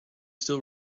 still